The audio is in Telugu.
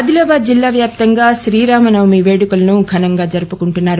ఆదిలాబాద్ జిల్లా వ్యాప్తంగా శ్రీరామ నవమి వేడుకను ఘనంగా జరుపుకుంటున్నారు